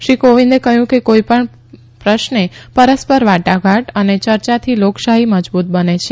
શ્રી કોવિદે ક્લું કે કોઈપણ પ્રશ્ને પરસ્પર વાટાધાટ અને ચર્ચાથી લોકશાહી મજબૂત બને છે